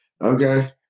Okay